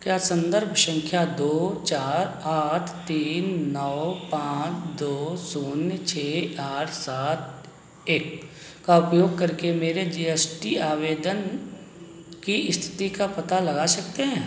क्या सन्दर्भ सँख्या दो चार आठ तीन नौ पाँच दो शून्य छह आठ सात एक का उपयोग करके मेरे जी एस टी आवेदन की इस्थिति का पता लगा सकते हैं